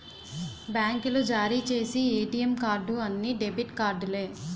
బ్యాంకులు జారీ చేసి ఏటీఎం కార్డు అన్ని డెబిట్ కార్డులే